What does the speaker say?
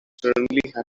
suddenly